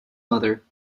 mother